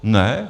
Ne?